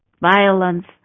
violence